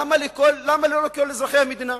למה לא לכל אזרחי המדינה?